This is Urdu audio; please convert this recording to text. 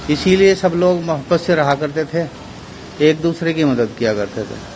اسی لیے سب لوگ محبت سے رہا کرتے تھے ایک دوسرے کی مدد کیا کرتے تھے